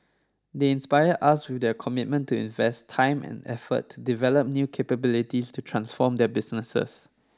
they inspire us with their commitment to invest time and effort to develop new capabilities to transform their businesses